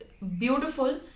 beautiful